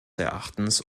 erachtens